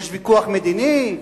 יש ויכוח מדיני.